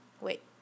wait